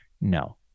No